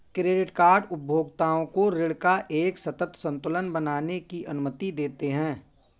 credit card उपभोक्ताओं को ऋण का एक सतत संतुलन बनाने की अनुमति देते हैं